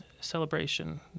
celebration